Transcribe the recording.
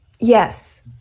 Yes